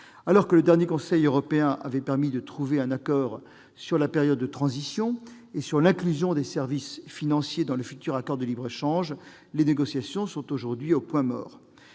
Alors que le dernier Conseil européen avait permis de trouver un accord sur la période de transition et sur l'inclusion des services financiers dans le futur accord de libre-échange, les négociations sont aujourd'hui au point mort.